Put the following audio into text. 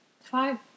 Five